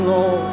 Lord